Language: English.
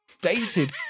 dated